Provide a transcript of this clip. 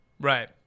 Right